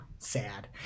sad